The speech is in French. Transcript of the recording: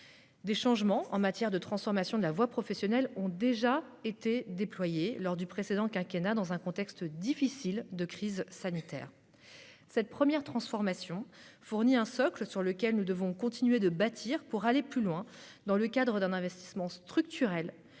ressentiment et l'échec. Des transformations de la voie professionnelle ont déjà été accomplies lors du précédent quinquennat, dans le contexte pourtant difficile de la crise sanitaire. Cette première transformation fournit un socle sur lequel nous devons continuer de bâtir pour aller plus loin, dans le cadre d'un investissement structurel